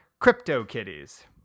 CryptoKitties